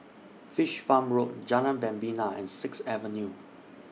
Fish Farm Road Jalan Membina and Sixth Avenue